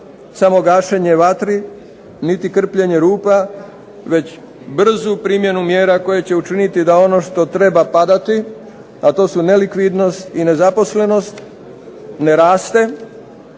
samo gašenje vatri niti krpljenje rupa već brzu primjenu mjera koje će učiniti da ono što treba padati, a to su nelikvidnost i nezaposlenost, ne raste,